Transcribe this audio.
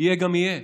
יהיה גם יהיה.